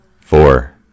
Four